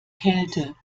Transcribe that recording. kälte